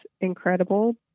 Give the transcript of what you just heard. incredible